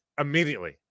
immediately